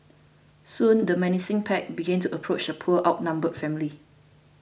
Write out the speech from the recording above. soon the menacing pack began to approach the poor outnumbered family